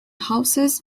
houses